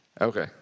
Okay